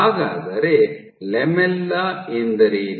ಹಾಗಾದರೆ ಲ್ಯಾಮೆಲ್ಲಾ ಎಂದರೇನು